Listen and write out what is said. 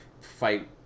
fight